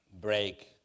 break